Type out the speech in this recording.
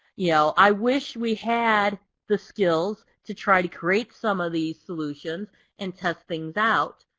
yeah i wish we had the skills to try to create some of these solutions and test things out,